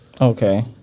Okay